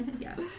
yes